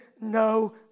no